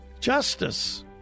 Justice